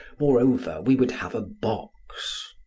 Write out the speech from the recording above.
moreover, we would have a box.